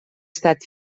estat